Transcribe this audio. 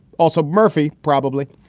also murphy. probably.